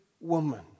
woman